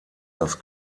das